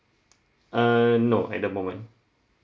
err no at the moment